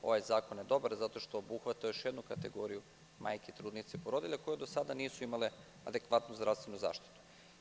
Ovaj zakon je dobar zato što obuhvata još jednu kategoriju majki, trudnica i porodilja koje do sada nisu imale adekvatnu zdravstvenu zaštitu.